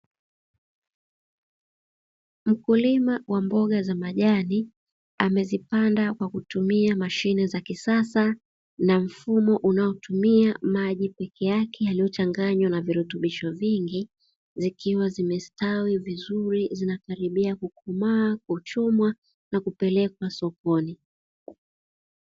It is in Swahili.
Mkulima wa mboga za majani, amezipanda kwa kutumia mashine za kisasa na mfumo unaotumia maji pekee yake, yaliyochanganywa na virutubisho vingi, zikiwa zimestawi vizuri zinakaribia kukomaa, kuchumwa na kupelekwa sokoni.